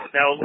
Now